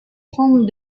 prendre